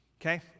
okay